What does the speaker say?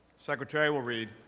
secretary will read.